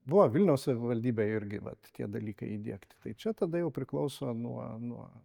buvo vilniaus savivaldybėj irgi vat tie dalykai įdiegti tai čia tada jau priklauso nuo nuo